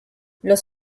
los